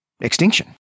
Extinction